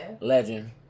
Legend